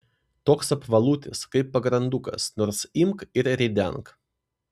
toks apvalutis kaip pagrandukas nors imk ir ridenk